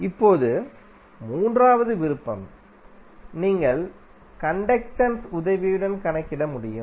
இப்போது மூன்றாவது விருப்பம் நீங்கள் கண்டக்டென்ஸ் உதவியுடன் கணக்கிட முடியும்